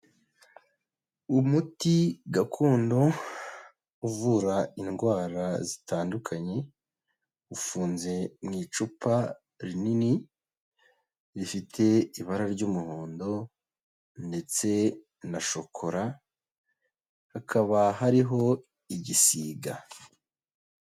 Umuti gakondo uvura indwara zitandukanye, ufunze mu icupa rinini rifite ibara ry'umuhondo ndetse na shokora, hakaba hariho igisiga.